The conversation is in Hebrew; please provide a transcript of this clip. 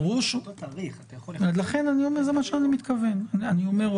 זה במסגרת הדוקטרינה של חיים לצד הקורונה אבל בלי חינוך לא